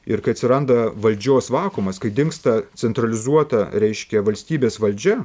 ir kai atsiranda valdžios vakuumas kai dingsta centralizuota reiškia valstybės valdžia